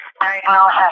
Diagnosis